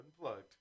unplugged